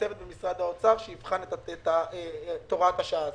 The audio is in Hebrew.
צוות במשרד האוצר שיבחן את הוראת השעה הזו.